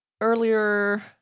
earlier